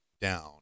down